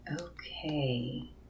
Okay